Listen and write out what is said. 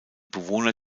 bewohner